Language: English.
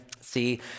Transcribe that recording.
See